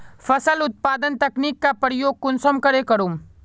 फसल उत्पादन तकनीक का प्रयोग कुंसम करे करूम?